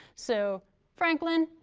so franklin,